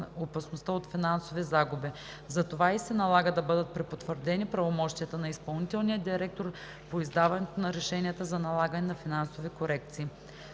опасността от финансови загуби. Затова и се налага да бъдат препотвърдени правомощията на изпълнителния директор по издаването на решенията за налагане на финансови корекции.